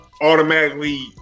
automatically